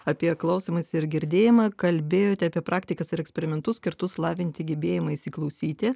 apie klausymąsi ir girdėjimą kalbėjote apie praktikas ir eksperimentus skirtus lavinti gebėjimą įsiklausyti